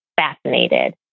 fascinated